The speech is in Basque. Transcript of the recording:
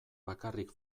bakarrik